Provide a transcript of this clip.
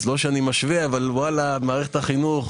אז לא שאני משווה אבל מערכת החינוך,